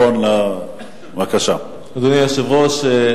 אדוני היושב-ראש,